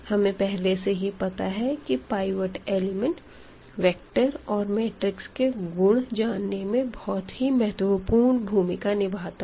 हमे पहले से ही पता है की पाइवट एलिमेंट वेक्टर और मैट्रिक्स के गुण जानने में बहुत ही महत्वपूर्ण भूमिका निभाता है